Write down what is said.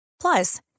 plus